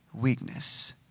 weakness